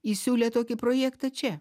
jis siūlė tokį projektą čia